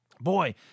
Boy